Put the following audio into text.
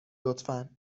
لطفا